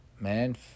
Man